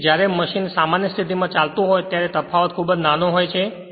તેથી જ્યારે મશીન સામાન્ય સ્થિતિમાં ચાલતું હોય ત્યારે તફાવત ખૂબ જ નાનો હોય છે